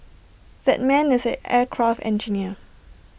that man is an aircraft engineer